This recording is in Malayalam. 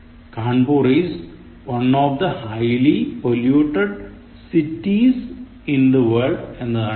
Kanpur is one of the highly polluted cities in the world എന്നതാണ് ശരി